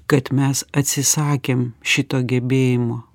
kad mes atsisakėm šito gebėjimo